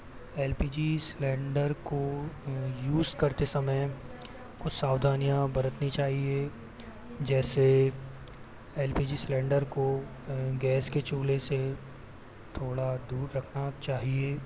LPG cylinder को use करते समय कुछ सावधानियाँ बरतनी चाहिए जैसे एलपीजी सिलेंडर को गैस के चूल्हे से थोड़ा दूर रखना चाहिए